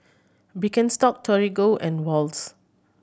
Birkenstock Torigo and Wall's